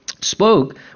spoke